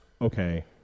okay